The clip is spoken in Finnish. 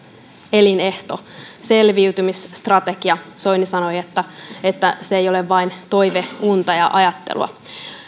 elinehto selviytymisstrategia ja soini sanoi että että se ei ole vain toiveunta ja ajattelua